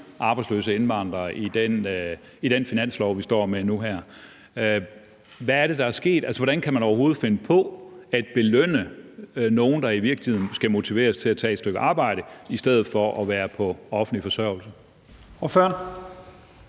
arbejdsløse indvandrere, i den finanslov, vi nu står med her. Hvad er det, der er sket? Altså, hvordan kan man overhovedet finde på at belønne nogle, der i virkeligheden skal motiveres til at tage et stykke arbejde i stedet for at være på offentlig forsørgelse?